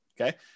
Okay